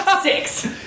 Six